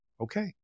okay